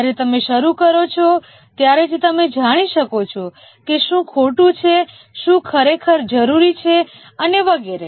જ્યારે તમે શરૂ કરો ત્યારે જ તમે જાણી શકો છો કે શું ખોટું છે શું ખરેખર જરૂરી છે અને વગેરે